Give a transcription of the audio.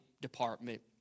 department